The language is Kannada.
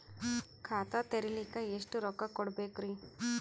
ಖಾತಾ ತೆರಿಲಿಕ ಎಷ್ಟು ರೊಕ್ಕಕೊಡ್ಬೇಕುರೀ?